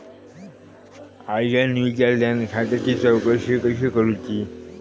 आज्यान विचारल्यान खात्याची चौकशी कशी करुची?